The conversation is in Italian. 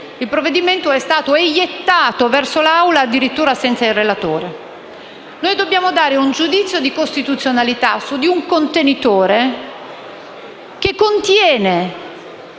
Tonini, è stato eiettato verso l'Aula addirittura senza il relatore. Noi dobbiamo dare un giudizio di costituzionalità su di un contenitore, che porta